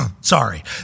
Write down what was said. sorry